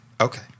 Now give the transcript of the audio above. okay